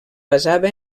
basava